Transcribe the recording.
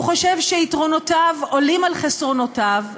הוא חושב שיתרונותיו עולים על חסרונותיו,